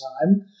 time